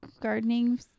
gardening